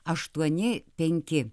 aštuoni penki